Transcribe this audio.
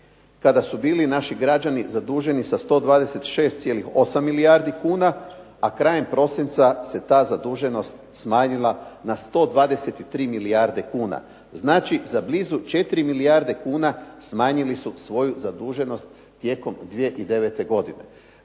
kada su bili naši građani zaduženi sa 126,8 milijardi kuna, a krajem prosinca se ta zaduženost smanjila na 123 milijarde kuna. Znači za blizu 4 milijarde kuna smanjili su svoju zaduženost tijekom 2009. godine.